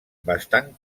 bastant